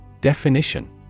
Definition